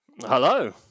Hello